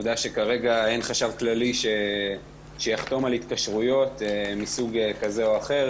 והעובדה שכרגע אין חשב כללי שיחתום על התקשרויות מסוג כזה או אחר.